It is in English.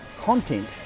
content